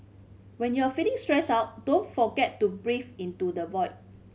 when you are feeling stressed out don't forget to breathe into the void